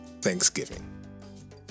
Thanksgiving